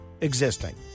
existing